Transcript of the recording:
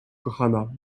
kochana